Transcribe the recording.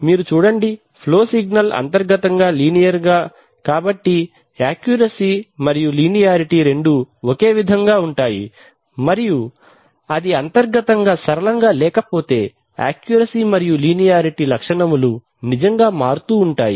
మీరు చూడండి flow signal అంతర్గతంగా లీనియర్ గా కాబట్టి యాక్యూరసీ మరియు లీనియారిటీ రెండూ ఒకే విధంగా ఉంటాయి అది అంతర్గతంగా సరళంగా లేకపోతే యాక్యూరసీ మరియు లీనియారిటీ లక్షణములు నిజంగా మారుతూ ఉంటాయి